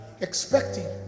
expecting